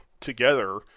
together